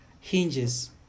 hinges